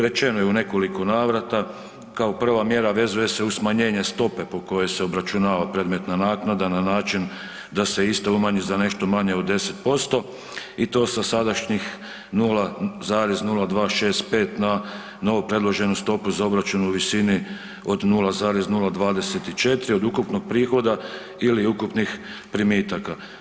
Rečeno je u nekoliko navrata kao prva mjera vezuje se uz smanjenje stope po kojoj se obračunava predmetna naknada na način da se isto umanji za nešto manje od 10% i to sa sadašnjih 0,0265 ma ovu predloženu stopu za obračun u visini 0,024 od ukupnog prihoda ili ukupnih primitaka.